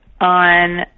on